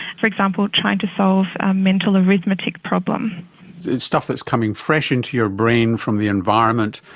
for example, trying to solve mental arithmetic problems. it's stuff that's coming fresh into your brain from the environment,